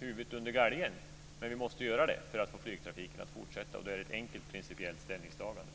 huvudet under galgen, men vi måste göra det för att få flygtrafiken att fortsätta. Då är det ett enkelt principiellt ställningstagande.